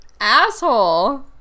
asshole